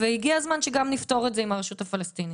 והגיע הזמן שגם נפתור את זה עם הרשות הפלסטינית.